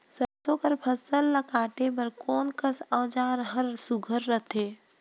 सरसो कर फसल ला काटे बर कोन कस औजार हर सुघ्घर रथे?